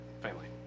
family